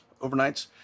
overnights